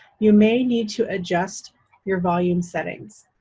you may need to adjust your volume settings.